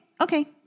okay